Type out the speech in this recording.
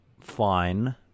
fine